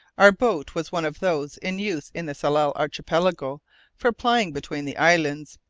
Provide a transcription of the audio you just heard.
our boat was one of those in use in the tsalal archipelago for plying between the islands.